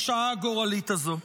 בשעה הגורלית הזאת.